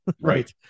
Right